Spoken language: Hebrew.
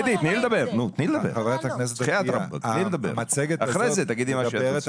אתי, תני לדבר, אחרי זה תגידי מה שאת רוצה.